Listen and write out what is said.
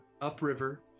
upriver